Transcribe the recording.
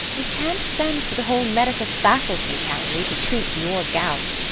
we can't send for the whole medical faculty, can we, to treat your gout?